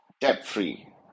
debt-free